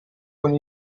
con